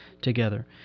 together